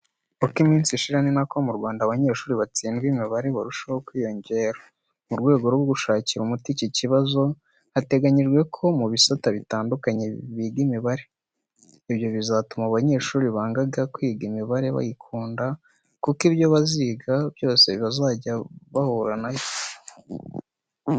Uko iminsi ishira, ninako mu Rwanda abanyeshuri batsindwa imibare, barushaho kwiyongera. Mu rwego rwo gushakira umuti iki kibazo, hateganyijwe ko mu bisata bitandukanye biga imibare. Ibyo bizatuma abanyeshuri bangaga kwiga imibare bayikunda kuko ibyo baziga byose bazajya bahura na yo.